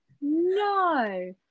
No